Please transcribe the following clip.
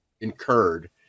incurred